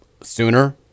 sooner